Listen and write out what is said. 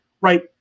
right